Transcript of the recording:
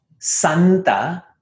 Santa